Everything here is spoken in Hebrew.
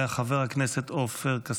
חבר הכנסת עופר כסיף.